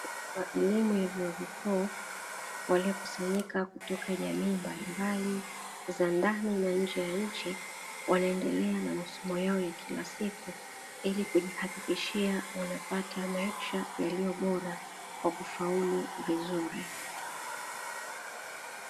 Elimu ya vyuo vikuu, waliokusanyika kutoka jamii mbalimbali za ndani na nje ya nchi, wanaendelea na masomo yao ya kila siku, ili kujihakikishia wanapata maisha yaliyo bora kwa kufaulu vizuri.